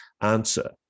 answer